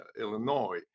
Illinois